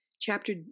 Chapter